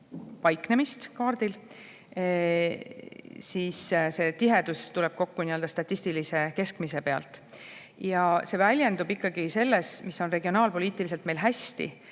paiknemist kaardil, siis see tihedus tuleb kokku nii-öelda statistilise keskmise pealt. Ja see väljendub ikkagi selles, mis on regionaalpoliitiliselt meil hästi: